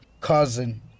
cousin